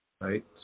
right